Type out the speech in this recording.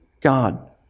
God